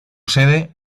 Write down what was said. sede